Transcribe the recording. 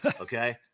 Okay